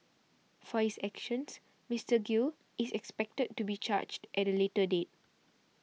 for his actions Mister Gill is expected to be charged at a later date